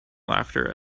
laughter